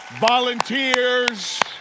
volunteers